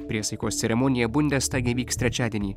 priesaikos ceremonija bundestage vyks trečiadienį